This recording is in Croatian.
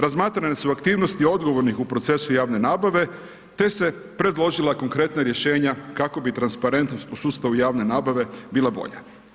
Razmatrane su aktivnosti odgovornih u procesu javne nabave te se predložila konkretna rješenja kako bi transparentnost u sustavu javne nabave bila bolja.